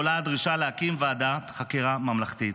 עולה הדרישה להקים ועדת חקירה ממלכתית,